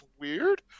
weird